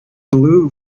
blue